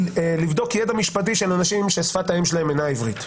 לבדוק ידע משפטי של אנשים ששפת האם שלהם אינה עברית.